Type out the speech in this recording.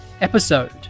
episode